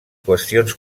qüestions